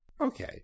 Okay